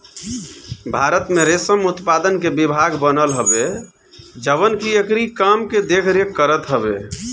भारत में रेशम उत्पादन के विभाग बनल हवे जवन की एकरी काम के देख रेख करत हवे